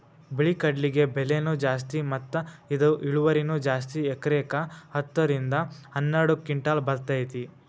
ಬಿಳಿ ಕಡ್ಲಿಗೆ ಬೆಲೆನೂ ಜಾಸ್ತಿ ಮತ್ತ ಇದ ಇಳುವರಿನೂ ಜಾಸ್ತಿ ಎಕರೆಕ ಹತ್ತ ರಿಂದ ಹನ್ನೆರಡು ಕಿಂಟಲ್ ಬರ್ತೈತಿ